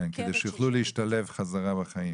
שיוכלו להשתלב בחיים.